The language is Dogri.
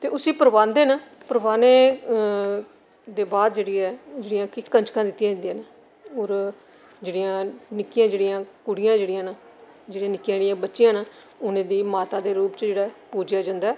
ते उसी परवांह्दे न परवाह्ने दे बाद जेह्ड़ी ऐ जि'यां कि कंजकां दित्तियां जंदियां न और जेह्ड़िया निक्कियां जेह्ड़ियां कुड़ियां जेह्डियां न जेह्ड़ियां निक्की सारी बच्चियां न उ'नें गी माता दे रुप च जेह्ड़ा ऐ पुज्जेआ जंदा ऐ